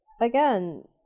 again